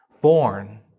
born